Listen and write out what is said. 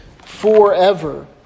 forever